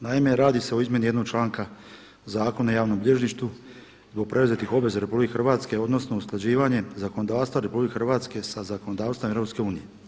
Naime, radi se o izmjeni jednog članka Zakona o javnom bilježništvu zbog preuzetih obaveza RH odnosno usklađivanje zakonodavstva RH sa zakonodavstvom EU.